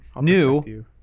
new